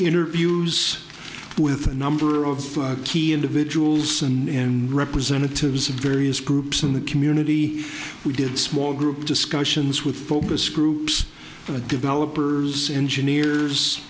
interviews with a number of key individuals and representatives of various groups in the community we did small group discussions with focus groups the developers engineers